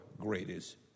greatest